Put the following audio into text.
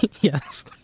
Yes